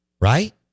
Right